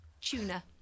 Tuna